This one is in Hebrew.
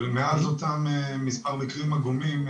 אבל מאז אותם מספר מקרים עגומים,